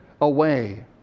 away